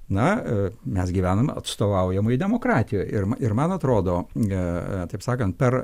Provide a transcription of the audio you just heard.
na mes gyvenam atstovaujamoj demokratijoj ir ir man atrodo taip sakant per